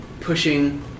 pushing